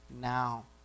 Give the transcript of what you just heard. now